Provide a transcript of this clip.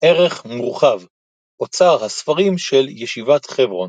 ערך מורחב – אוצר הספרים של ישיבת חברון